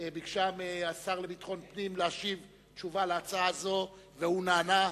ביקשה מהשר לביטחון פנים להשיב תשובה על הצעה זו והוא נענה.